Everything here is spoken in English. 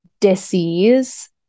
disease